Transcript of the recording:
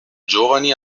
giovani